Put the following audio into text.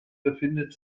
befindet